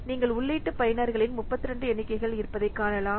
நீங்கள் உள்ளீட்டு பயனர்களில் 32 எண்ணிக்கைகள் இருப்பதை காணலாம்